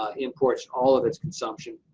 ah imports all of its consumption,